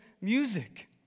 music